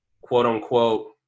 quote-unquote